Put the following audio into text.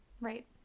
Right